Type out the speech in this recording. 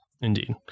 Indeed